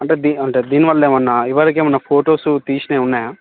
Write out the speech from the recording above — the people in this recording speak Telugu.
అంటే అంటే దీని వల్ల ఏమన్న ఎవరికి ఏమన్న ఫొటోసు తీసినవి ఉన్నాయా